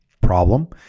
problem